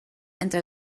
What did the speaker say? entre